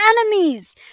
enemies